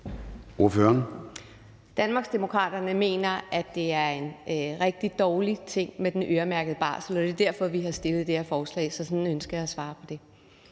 Danmarksdemokraterne mener, at det er en rigtig dårlig ting med den øremærkede barsel, og det er derfor, vi har fremsat det her forslag – sådan ønsker jeg at svare på det.